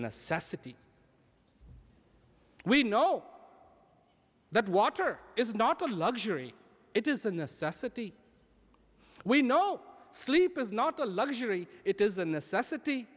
necessity we know that water is not a luxury it is a necessity we know sleep is not a luxury it is a necessity